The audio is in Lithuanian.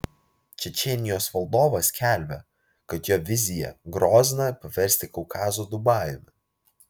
čečėnijos vadovas skelbia kad jo vizija grozną paversti kaukazo dubajumi